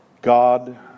God